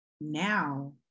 now